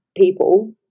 people